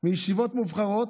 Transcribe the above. מישיבות מובחרות,